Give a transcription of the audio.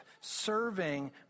Serving